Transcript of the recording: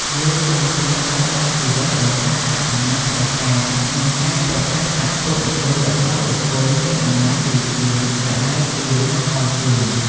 លោកបានស្លាប់បាត់បង់ជីវិតដោយសារតែអំណាចផ្តាច់ការ និងការប្រកាន់បក្សពួកនិយមរបស់បុគ្គលមានអំណាចដូចជា ម្តាយទាវ និង អរជូន។